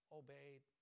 obeyed